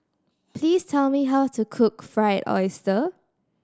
please tell me how to cook Fried Oyster